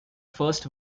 first